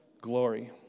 glory